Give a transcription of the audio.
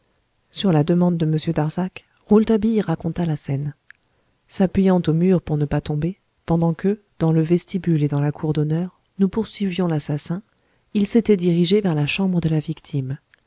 sur la demande de m darzac rouletabille raconta la scène s'appuyant aux murs pour ne pas tomber pendant que dans le vestibule et dans la cour d'honneur nous poursuivions l'assassin il s'était dirigé vers la chambre de la victime